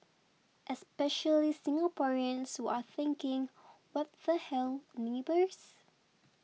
especially Singaporeans who are thinking what the hell neighbours